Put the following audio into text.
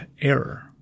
error